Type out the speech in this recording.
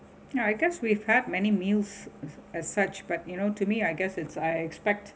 ya I guess we've had many meals as such but you know to me I guess it's I expect